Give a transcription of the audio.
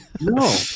No